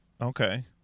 Okay